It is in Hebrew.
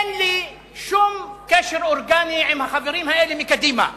אין לי שום קשר אורגני עם החברים האלה מקדימה,